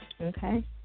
Okay